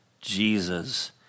Jesus